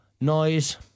noise